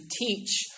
teach